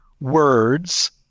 words